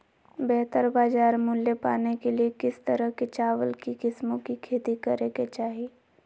बेहतर बाजार मूल्य पाने के लिए किस तरह की चावल की किस्मों की खेती करे के चाहि?